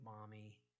mommy